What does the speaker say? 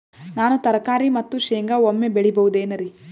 ನಾನು ತರಕಾರಿ ಮತ್ತು ಶೇಂಗಾ ಒಮ್ಮೆ ಬೆಳಿ ಬಹುದೆನರಿ?